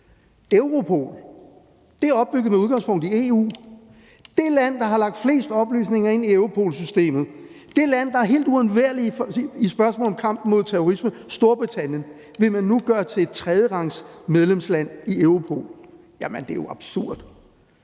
Europol er opbygget med udgangspunkt i EU. Det land, der har lagt flest oplysninger ind i Europolsystemet, det land, der er helt uundværligt i spørgsmålet om kampen mod terrorismen, Storbritannien, vil man nu gøre til et tredjerangsmedlemsland i Europol. Jamen det er jo absurd.